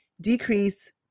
decrease